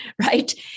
right